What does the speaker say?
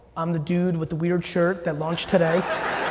i'm the dude with the weird shirt that launched today.